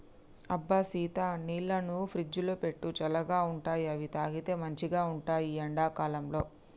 అబ్బ సీత నీళ్లను ఫ్రిజ్లో పెట్టు చల్లగా ఉంటాయిఅవి తాగితే మంచిగ ఉంటాయి ఈ ఎండా కాలంలో